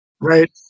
Right